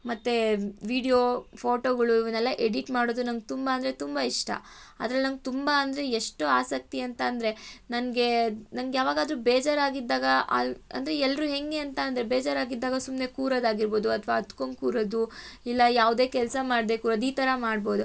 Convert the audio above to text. ಮತ್ತೆ ವೀಡ್ಯೋ ಫೋಟೊಗಳು ಇವನ್ನೆಲ್ಲ ಎಡಿಟ್ ಮಾಡೋದು ನನಗ್ ತುಂಬ ಅಂದರೆ ತುಂಬ ಇಷ್ಟ ಅದ್ರಲ್ಲಿ ನನಗ್ ತುಂಬ ಅಂದರೆ ಎಷ್ಟು ಆಸಕ್ತಿ ಅಂತಂದರೆ ನನಗೆ ನನಗ್ ಯಾವಾಗಾದರೂ ಬೇಜಾರಾಗಿದ್ದಾಗ ಅಲ್ಲಿ ಅಂದರೆ ಎಲ್ಲರೂ ಹೇಗೆ ಅಂತಂದರೆ ಬೇಜಾರಾಗಿದ್ದಾಗ ಸುಮ್ಮನೆ ಕೂರೊದಾಗಿರ್ಬೋದು ಅಥ್ವಾ ಅತ್ಕೊಂಡ್ ಕೂರೋದು ಇಲ್ಲ ಯಾವ್ದೇ ಕೆಲಸ ಮಾಡ್ದೇ ಕೂರೋದ್ ಈ ಥರ ಮಾಡ್ಬೋದು